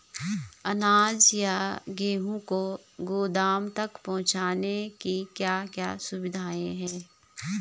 अनाज या गेहूँ को गोदाम तक पहुंचाने की क्या क्या सुविधा है?